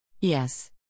Yes